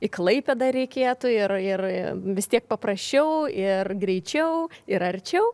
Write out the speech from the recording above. į klaipėdą reikėtų ir ir vis tiek paprasčiau ir greičiau ir arčiau